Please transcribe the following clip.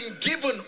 given